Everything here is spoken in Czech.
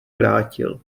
vrátil